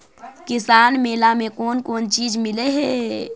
किसान मेला मे कोन कोन चिज मिलै है?